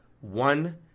one